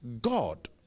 God